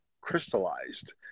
crystallized